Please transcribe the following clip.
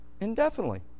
indefinitely